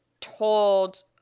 told